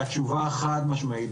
והתשובה חד משמעית.